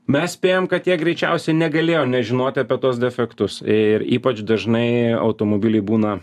mes spėjam kad jie greičiausiai negalėjo nežinoti apie tuos defektus ir ypač dažnai automobiliai būna